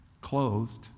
clothed